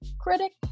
critic